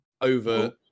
over